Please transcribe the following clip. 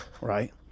right